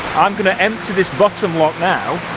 i'm gonna empty this bottom lock now